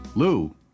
Lou